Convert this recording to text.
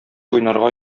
уйнарга